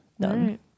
Done